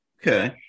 Okay